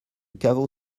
caveau